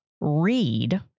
read